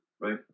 right